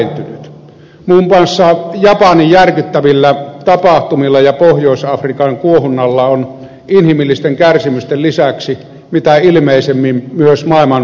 muun muassa japanin järkyttävillä tapahtumilla ja pohjois afrikan kuohunnalla on inhimillisten kärsimysten lisäksi mitä ilmeisimmin myös maailmantaloudellisia vaikutuksia